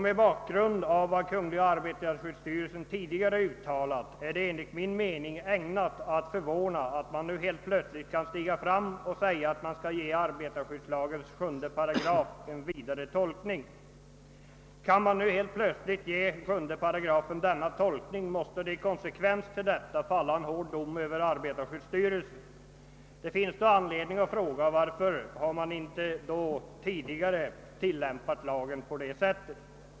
Mot bakgrund av vad kungl. arbetarskyddsstyrelsen förut uttalat är det enligt min mening ägnat att förvåna att man nu helt plötsligt kan stiga fram och säga att man skall ge arbetarskyddslagens 7 3 en vidare tolkning. Kan man nu på en gång ge 7 8 denna tolkning måste det i konsekvensens namn innebära en hård dom över arbetarskyddsstyrelsen. Det finns då anledning att fråga: Varför har lagen inte tidigare tillämpats på detta sätt?